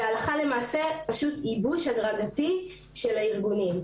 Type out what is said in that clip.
זה הלכה למעשה ייבוש הדרגתי של הארגונים.